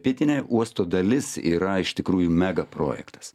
pietinė uosto dalis yra iš tikrųjų megaprojektas